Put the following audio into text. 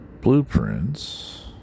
blueprints